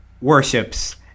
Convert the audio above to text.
worships